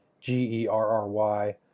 G-E-R-R-Y